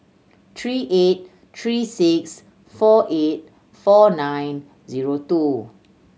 three eight three six four eight four nine zero two